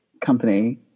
company